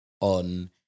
on